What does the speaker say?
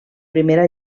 primera